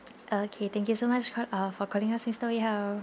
okay thank you so much call uh for calling us mister wee hao